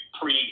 pre